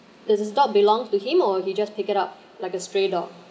is this dog belongs to him or he just pick it up like a stray dog